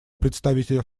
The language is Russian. представителя